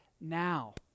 now